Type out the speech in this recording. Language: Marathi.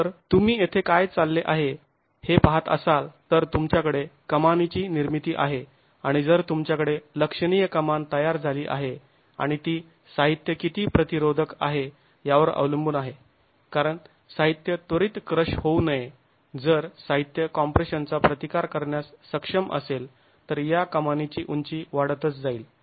तर तुम्ही येथे काय चालले आहे हे पहात असाल तर तुमच्याकडे कमानीची निर्मिती आहे आणि जर तुमच्याकडे लक्षणीय कमान तयार झाली आहे आणि ती साहित्य किती प्रतिरोधक आहे यावर अवलंबून आहे कारण साहित्य त्वरित क्रश होऊ नये जर साहित्य कॉम्प्रेशनचा प्रतिकार करण्यास सक्षम असेल तर या कमानीची उंची वाढतच जाईल